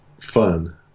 fun